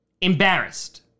Embarrassed